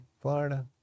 Florida